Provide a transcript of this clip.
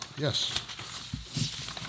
yes